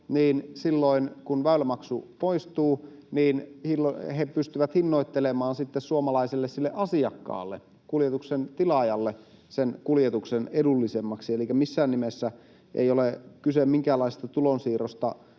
niin silloin, kun väylämaksu poistuu, he pystyvät hinnoittelemaan sitten sille suomalaiselle asiakkaalle, kuljetuksen tilaajalle, sen kuljetuksen edullisemmaksi. Elikkä missään nimessä ei ole kyse minkäänlaisesta tulonsiirrosta